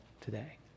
today